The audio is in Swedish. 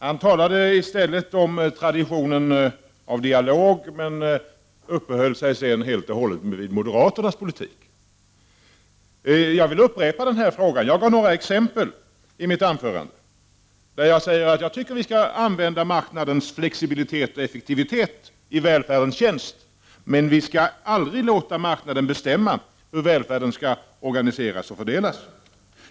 Han talade i stället om traditionen av dialog, men uppehöll sig sedan helt och hållet vid moderaternas politik. Jag vill upprepa frågan. Jag gav något exempel i mitt anförande, där jag sade att jag tycker vi skall använda marknadens effektivitet och flexibilitet i välfärdens tjänst, men vi skall aldrig låta marknaden bestämma hur välfärden skall organiseras och fördelas.